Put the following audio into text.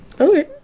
Okay